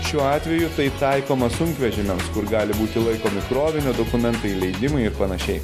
šiuo atveju tai taikoma sunkvežimiams kur gali būti laikomi krovinio dokumentai leidimai ir panašiai